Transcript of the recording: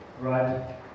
right